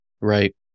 right